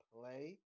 play